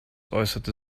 äußerte